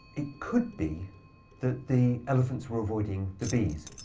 it could be that the elephants were avoiding the bees.